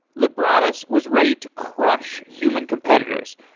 lebradas was ready to crush human competitors,